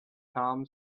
tom